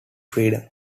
freedom